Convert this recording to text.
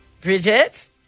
Bridget